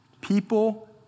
People